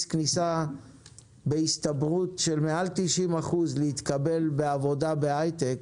כניסה בהסתברות של מעל 90% להתקבל לעבודה בהייטק